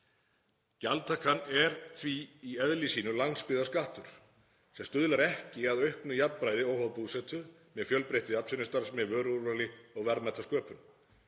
Gjaldtakan er því í eðli sínu landsbyggðarskattur sem stuðlar ekki að auknu jafnræði óháð búsetu, með fjölbreyttri atvinnustarfsemi, vöruúrvali og verðmætasköpun.